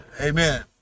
Amen